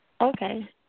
Okay